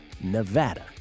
Nevada